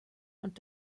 und